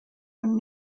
own